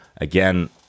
Again